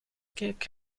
kerk